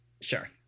Sure